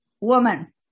woman